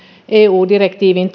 eu direktiivin